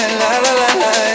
la-la-la-la